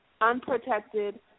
unprotected